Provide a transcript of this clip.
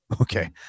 okay